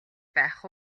байх